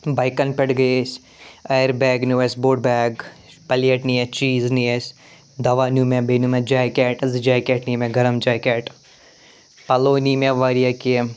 بایکَن پٮ۪ٹھ گٔے أسۍ اَیَر بیگ نیٛو اسہِ بوٚڈ بیگ پَلیٹ نی اسہِ چیٖز نی اسہِ دوا نیٛو مےٚ بیٚیہِ نیٛو مےٚ جایکیٚٹ زٕ جایکیٚٹ نی مےٚ گرٕم جایکیٚٹ پَلو نی مےٚ واریاہ کیٚنٛہہ